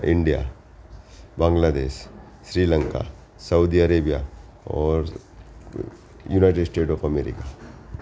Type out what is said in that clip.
India Bangladesh Sri Lanka Saudi Arabia or United States of America